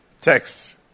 text